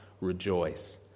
rejoice